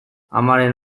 amaren